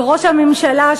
וראש הממשלה,